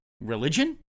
religion